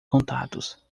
contatos